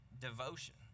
devotion